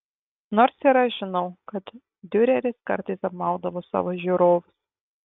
nors ir aš žinau kad diureris kartais apmaudavo savo žiūrovus